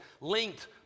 linked